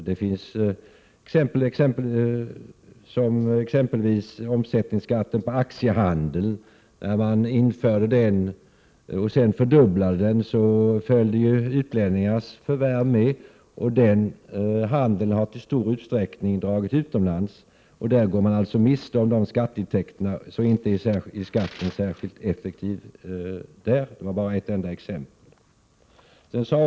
När man exempelvis införde omsättningsskatten på aktiehandeln och sedan fördubblade den, följde utlänningars förvärv med. Den handeln har nu i stor utsträckning dragit utomlands. Således går man miste om de skatteintäkterna. Det vara bara ett enda exempel på att den skatten inte är särskilt effektiv.